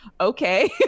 okay